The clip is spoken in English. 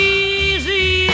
easy